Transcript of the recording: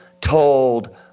told –